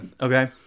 Okay